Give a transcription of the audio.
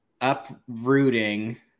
uprooting